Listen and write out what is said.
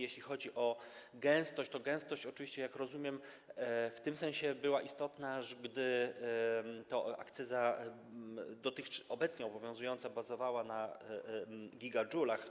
Jeśli chodzi o gęstość, to gęstość oczywiście, jak rozumiem, w tym sensie była istotna, gdy akcyza obecnie obowiązująca bazowała na gigadżulach.